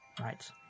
Right